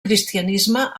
cristianisme